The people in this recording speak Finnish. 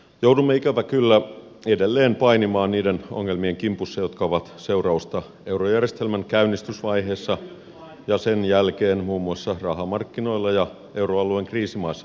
joudumme ikävä kyllä edelleen painimaan niiden ongelmien kimpussa jotka ovat seurausta eurojärjestelmän käynnistysvaiheessa ja sen jälkeen muun muassa rahamarkkinoilla ja euroalueen kriisimaissa tehdyistä virheistä